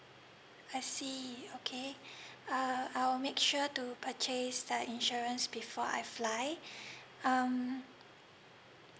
I see okay uh I will make sure to purchase the insurance before I fly um